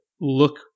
look